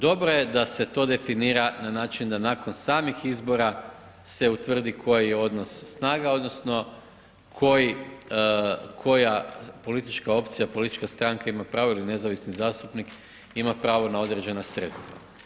Dobro je da se to definira na način da nakon samih izbora se utvrdi koji je odnos snaga odnosno koja politika opcija, politika stranka ima pravo ili nezavisni zastupnik ima pravo na određena sredstva.